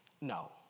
No